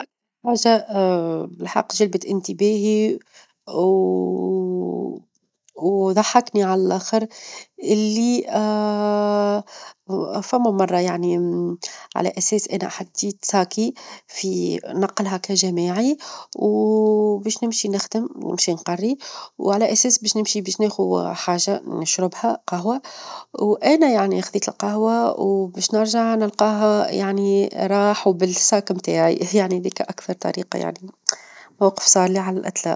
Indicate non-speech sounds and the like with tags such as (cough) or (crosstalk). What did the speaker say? أكثر حاجة (hesitation) بالحق جذبت انتباهي، (hesitation) وظحكني على اللخر، اللي (hesitation) فما مرة يعني (hesitation) على أساس أنا حطيت شنطتى في نقلها كجماعي، (hesitation) و باش نمشي نخدم، ونمشى نقري وعلى أساس باش نمشي باش ناخو حاجة نشربها قهوة، وأنا يعني خذيت القهوة، وباش نرجع نلقاها يعني راحو بالشنطة متاعي (laughs) يعني ذيك أكثر طريقة يعني موقف صار لي على الإطلاق.